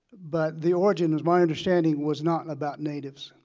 but the origin is my understanding was not about natives.